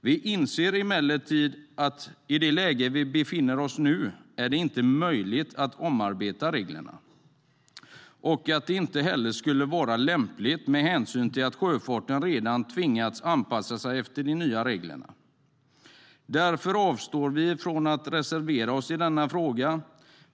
Vi inser emellertid att det i det läge vi befinner oss inte är möjligt att omarbeta reglerna, och att det inte heller skulle vara lämpligt med hänsyn till att sjöfarten redan tvingats anpassa sig till de nya reglerna. Därför avstår vi från att reservera oss i denna fråga.